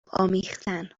آمیختن